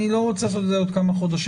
אני לא רוצה לעשות את זה עוד כמה חודשים,